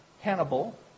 Hannibal